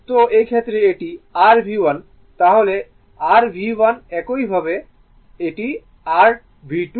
সুতরাং এই ক্ষেত্রে এটি r V1 তাহলে এটি r V1 একইভাবে এটি r V2